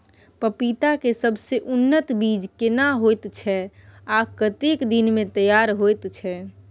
पपीता के सबसे उन्नत बीज केना होयत छै, आ कतेक दिन में तैयार होयत छै?